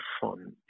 fun